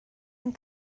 and